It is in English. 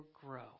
grow